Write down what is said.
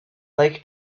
like